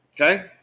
Okay